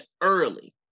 early